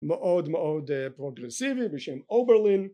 מאוד מאוד פרוגרסיבי בשם אוברלין